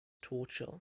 torture